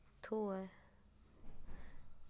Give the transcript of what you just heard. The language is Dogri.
थ्होए